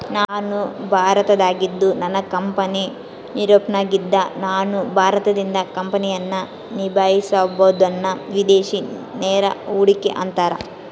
ನಾನು ಭಾರತದಾಗಿದ್ದು ನನ್ನ ಕಂಪನಿ ಯೂರೋಪ್ನಗಿದ್ದ್ರ ನಾನು ಭಾರತದಿಂದ ಕಂಪನಿಯನ್ನ ನಿಭಾಹಿಸಬೊದನ್ನ ವಿದೇಶಿ ನೇರ ಹೂಡಿಕೆ ಅಂತಾರ